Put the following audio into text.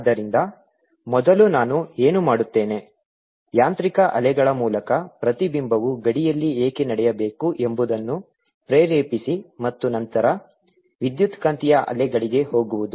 ಆದ್ದರಿಂದ ಮೊದಲು ನಾನು ಏನು ಮಾಡುತ್ತೇನೆ ಯಾಂತ್ರಿಕ ಅಲೆಗಳ ಮೂಲಕ ಪ್ರತಿಬಿಂಬವು ಗಡಿಯಲ್ಲಿ ಏಕೆ ನಡೆಯಬೇಕು ಎಂಬುದನ್ನು ಪ್ರೇರೇಪಿಸಿ ಮತ್ತು ನಂತರ ವಿದ್ಯುತ್ಕಾಂತೀಯ ಅಲೆಗಳಿಗೆ ಹೋಗುವುದು